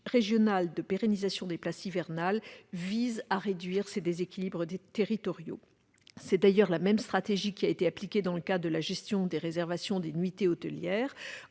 régionale de pérennisation des places hivernales vise à réduire ces déséquilibres territoriaux. C'est d'ailleurs la même stratégie qui a été appliquée dans le cadre de la gestion des réservations des nuitées hôtelières.